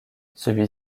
celui